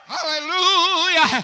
Hallelujah